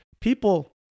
people